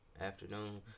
Afternoon